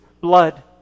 blood